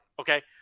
Okay